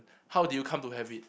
how did you come to have it